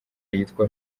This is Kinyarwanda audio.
yitwa